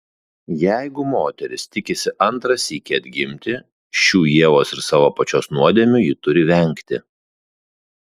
jeigu moteris tikisi antrą sykį atgimti šių ievos ir savo pačios nuodėmių ji turi vengti